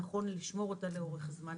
יכולנו לשמור אותה לאורך זמן.